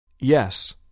Yes